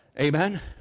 amen